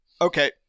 Okay